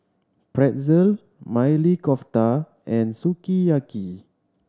Pretzel Maili Kofta and Sukiyaki